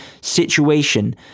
situation